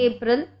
April